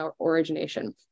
origination